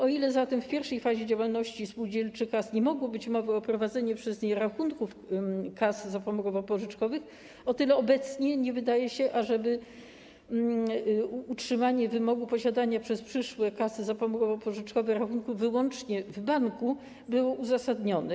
O ile zatem w pierwszej fazie działalności spółdzielczych kas nie mogło być mowy o prowadzeniu przez nie rachunków kas zapomogowo-pożyczkowych, o tyle obecnie nie wydaje się, ażeby utrzymanie wymogu posiadania przez przyszłe kasy zapomogowo-pożyczkowe rachunku wyłącznie w banku było uzasadnione.